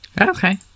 okay